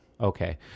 Okay